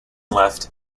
left